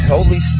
Holy